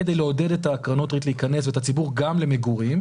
כדי לעודד את קרנות ריט ואת הציבור להיכנס גם למגורים,